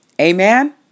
Amen